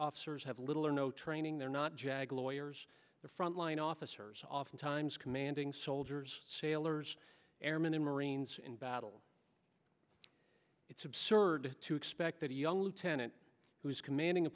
officers have little or no training they're not jag lawyers the frontline officers oftentimes commanding soldiers sailors airmen and marines in battle it's absurd to expect that a young lieutenant who's commanding a